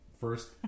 first